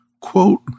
quote